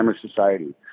Society